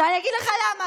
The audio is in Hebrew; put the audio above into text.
שאני אגיד לך למה?